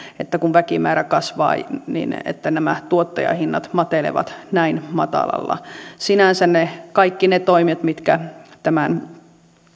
että kun väkimäärä kasvaa niin nämä tuottajahinnat matelevat näin matalalla sinänsä kaikki ne toimet mitkä edesauttavat tämän